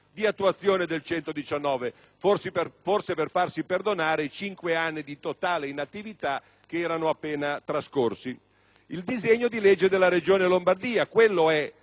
di attuazione dell'articolo 119, forse per farsi perdonare i cinque anni di totale inattività che erano appena trascorsi, ossia il disegno di legge della Regione Lombardia; quello è